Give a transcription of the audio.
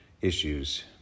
issues